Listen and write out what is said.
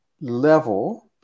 level